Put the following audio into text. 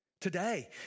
today